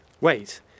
wait